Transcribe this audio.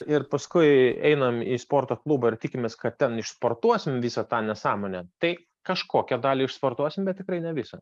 ir paskui einam į sporto klubą ir tikimės kad ten išsportuosime visą tą nesąmonę tai kažkokią dalį išsportuosime bet tikrai ne visą